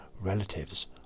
relatives